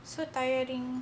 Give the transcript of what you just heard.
so tiring